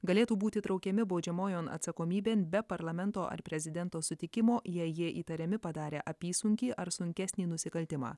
galėtų būti traukiami baudžiamojon atsakomybėn be parlamento ar prezidento sutikimo jei jie įtariami padarę apysunkį ar sunkesnį nusikaltimą